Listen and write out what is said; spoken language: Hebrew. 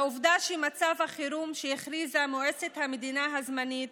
לעובדה שמצב החירום שהכריזה מועצת המדינה הזמנית